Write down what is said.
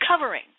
covering